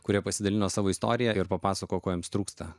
kuria pasidalino savo istoriją ir papasakojo ko jiems trūksta